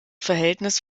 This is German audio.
verhältnis